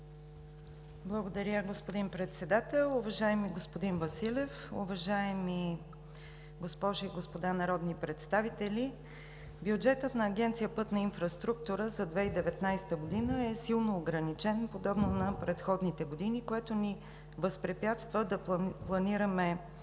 Благодаря, господин Председател. Уважаеми господин Василев, уважаеми госпожи и господа народни представители! Бюджетът на Агенция „Пътна инфраструктура“ за 2019 г. е силно ограничен, подобно на предходните години, което ни възпрепятства да планираме